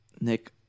Nick